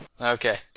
Okay